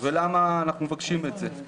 ולמה אנחנו מבקשים את זה?